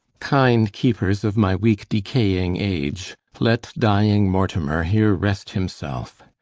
kind keepers of my weake decaying age, let dying mortimer here rest himselfe.